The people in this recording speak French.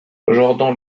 jordan